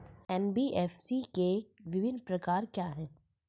NBFC के विभिन्न प्रकार क्या हैं?